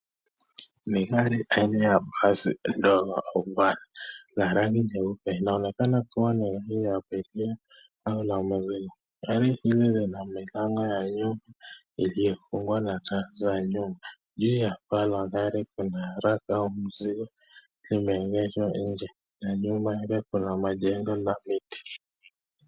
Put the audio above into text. Ni gari aina ya bus ndogo au kubwa, la rangi nyeupe. Inaonekana kuwa ni la kubebea au la mavuno. Gari hili lina milango ya nyuma iliyo kufungwa na taa za nyuma. Juu ya paa la gari kuna rack au mzigo. Limeegeshwa nje, na nyuma yake kuna majengo la miti.